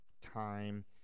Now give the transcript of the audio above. time